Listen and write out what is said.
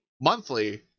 monthly